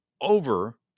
over